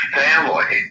family